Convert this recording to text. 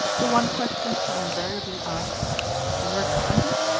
the one question she invariably asked you heard from undie?